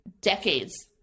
decades